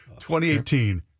2018